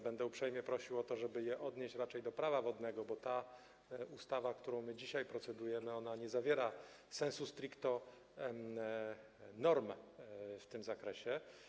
Będę uprzejmie prosił o to, żeby je odnieść raczej do Prawa wodnego, bo ta ustawa, nad którą dzisiaj procedujemy, nie zawiera sensu stricto norm w tym zakresie.